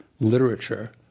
literature